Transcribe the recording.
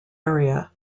area